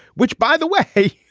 which, by the way,